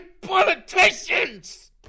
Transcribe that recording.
politicians